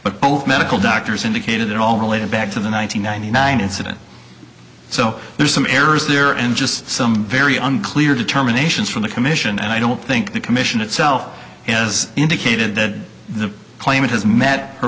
but both medical doctors indicated they're all related back to the one nine hundred ninety nine incident so there's some errors there and just some very unclear determinations from the commission and i don't think the commission itself has indicated that the claimant has met her